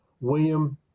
william